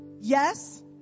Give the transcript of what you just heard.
Yes